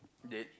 date